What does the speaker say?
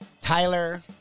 Tyler